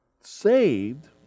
saved